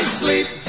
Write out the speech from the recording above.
sleep